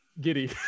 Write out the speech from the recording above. giddy